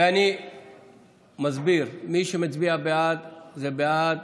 אני מסביר: מי שמצביע בעד, זה בעד